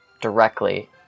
directly